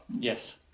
Yes